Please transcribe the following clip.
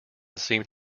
seemed